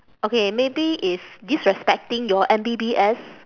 okay maybe is disrespecting your M_B_B_S